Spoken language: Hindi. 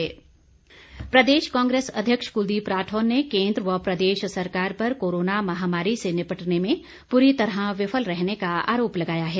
कुलदीप प्रदेश कांग्रेस अध्यक्ष कृलदीप राठौर ने केंद्र व प्रदेश सरकार पर कोरोना महामारी से निपटने में पूरी तरह विफल रहने का आरोप लगाया है